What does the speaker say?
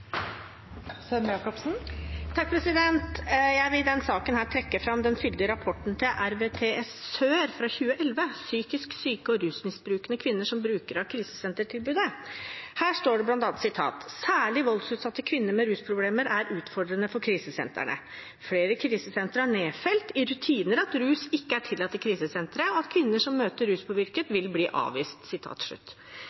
fyldige rapporten til RVTS Sør fra 2011, Psykisk syke og rusmisbrukende kvinner som brukere av krisesentertilbud. Her står det bl.a.: «Særlig voldsutsatte kvinner med rusproblemer er utfordrende for krisesentrene. Flere krisesentre har nedfelt i rutiner at rus ikke er tillatt i krisesenteret, og at kvinner som møter ruspåvirket